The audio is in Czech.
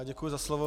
Děkuji za slovo.